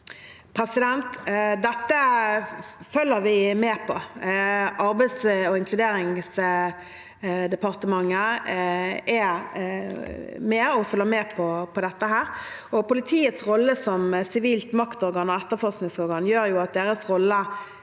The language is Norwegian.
Dette følger vi med på. Arbeids- og inkluderingsdepartementet følger med på dette. Politiets rolle som sivilt maktorgan og etterforskningsorgan gjør at deres rolle